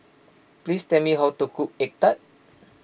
please tell me how to cook Egg Tart